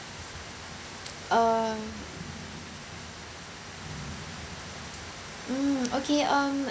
uh mm okay um